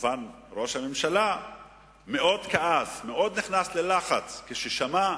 ראש הממשלה מאוד כעס כמובן, מאוד נכנס ללחץ כששמע: